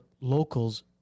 locals